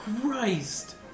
christ